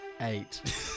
Eight